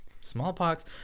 Smallpox